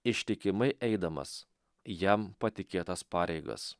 ištikimai eidamas jam patikėtas pareigas